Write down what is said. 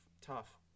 tough